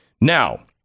Now